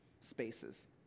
spaces